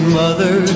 mother